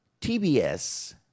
TBS